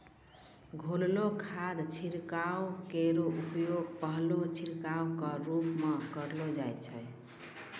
घोललो खाद छिड़काव केरो उपयोग पहलो छिड़काव क रूप म करलो जाय छै